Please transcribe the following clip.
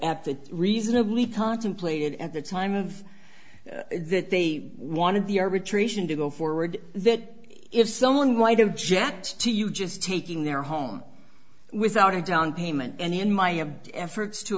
that reasonably contemplated at the time of that they wanted the arbitration to go forward that if someone might have jacked to you just taking their home without a down payment and in my of efforts to